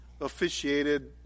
officiated